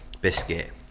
biscuit